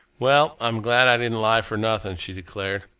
well, i'm glad i didn't lie for nothing, she declared.